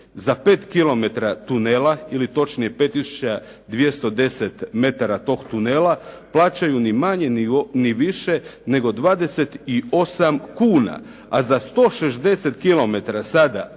tunela ili točnije 5210 metara toga tunela plaćaju ni manje ni više nego 28 kuna, a za 168 kilometara